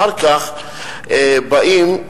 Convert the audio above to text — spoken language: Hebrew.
אחר כך באים,